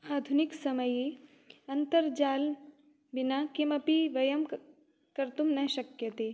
आधुनिकसमये अन्तर्जालविना किमपि वयं क् कर्तुं न शक्यते